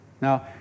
Now